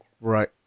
Right